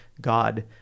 God